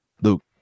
Luke